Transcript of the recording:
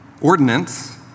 Ordinance